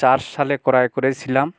চার সালে ক্রয় করেছিলাম